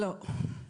לא.